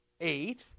eight